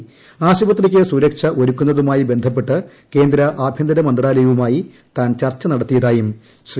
ആശ്ചുപത്രിക്ക് സുരക്ഷ ഒരുക്കുന്നതുമായി ബന്ധപ്പെട്ട് കേന്ദ്ര ആഭ്യന്തര മന്ത്രാലയവുമായി താൻ ചർച്ച നടത്തിയതായും ശ്രീ